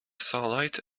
starlight